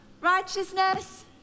righteousness